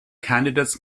candidates